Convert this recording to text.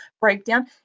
breakdown